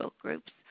groups